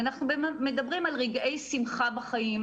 ואנחנו מדברים על רגעי שמחה בחיים,